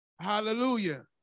Hallelujah